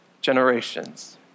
generations